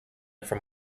from